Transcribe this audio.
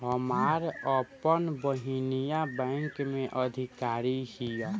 हमार आपन बहिनीई बैक में अधिकारी हिअ